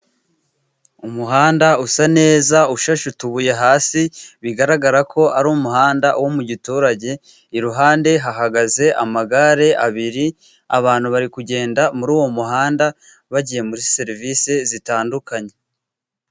Umuhanda usa neza, ushashe utubuye hasi, bigaragara ko ari umuhanda wo mu giturage, iruhande hahagaze amagare abiri, abantu bari kugenda muri uwo muhanda, bagiye muri serivisi zitandukanye.